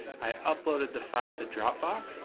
i uploaded the file to dropbox